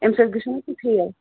اَمہِ سۭتۍ گٔژھِو نا تُہۍ فیل